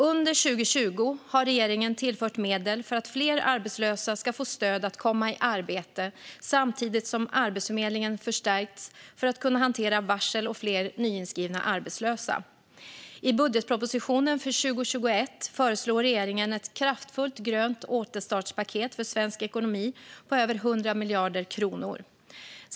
Under 2020 har regeringen tillfört medel för att fler arbetslösa ska få stöd att komma i arbete samtidigt som Arbetsförmedlingen har förstärkts för att kunna hantera varsel och fler nyinskrivna arbetslösa. I budgetpropositionen för 2021 föreslår regeringen ett kraftfullt grönt återstartspaket för svensk ekonomi på över 100 miljarder kronor.